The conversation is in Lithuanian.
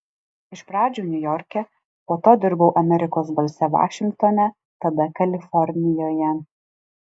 iš pradžių niujorke po to dirbau amerikos balse vašingtone tada kalifornijoje